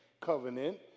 covenant